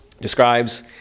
describes